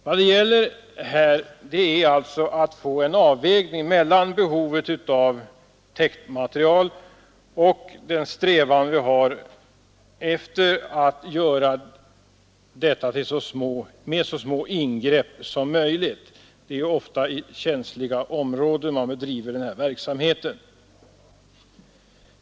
Vad det gäller här är alltså att få en avvägning mellan behovet av täktmaterial och den strävan vi har att tillgodose detta behov med så små ingrepp som möjligt. Det är ju ofta i känsliga områden som den här verksamheten bedrivs.